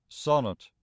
Sonnet